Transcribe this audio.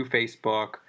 Facebook